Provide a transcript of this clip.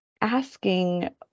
asking